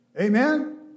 Amen